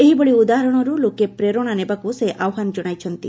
ଏହିଭଳି ଉଦାହରଣରୁ ଲୋକେ ପ୍ରେରଣା ନେବାକୁ ସେ ଆହ୍ୱାନ ଜଣାଇଛନ୍ତି